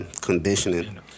conditioning